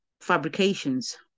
fabrications